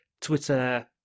Twitter